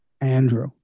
Andrew